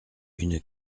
une